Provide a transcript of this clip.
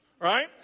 right